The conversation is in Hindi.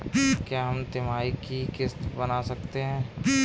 क्या हम तिमाही की किस्त बना सकते हैं?